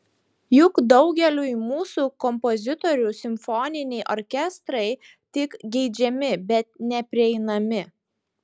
juk daugeliui mūsų kompozitorių simfoniniai orkestrai tik geidžiami bet neprieinami